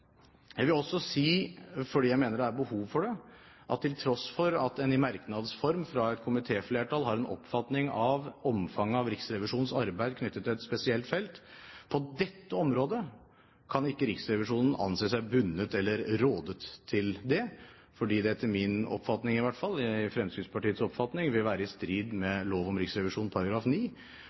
Jeg vil også si – fordi jeg mener det er behov for det – at til tross for at en i merknads form fra et komitéflertall har en oppfatning av omfanget av Riksrevisjonens arbeid knyttet til et spesielt felt, kan ikke Riksrevisjonen på dette området anse seg bundet eller rådet til det, for i hvert fall etter Fremskrittspartiets oppfatning vil det være i strid med lov om Riksrevisjonen